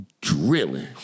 drilling